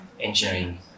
engineering